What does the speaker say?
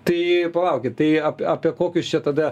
tai palaukit tai apie apie kokius čia tada